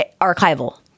archival